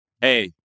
Hey